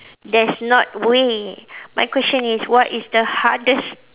that's not way my question is what is the hardest